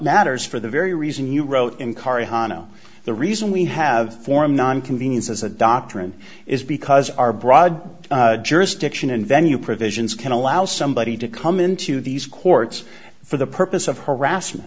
matters for the very reason you wrote in kaare hano the reason we have formed nine convenience as a doctrine is because our broad jurisdiction and venue provisions can allow somebody to come into these courts for the purpose of harassment